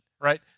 right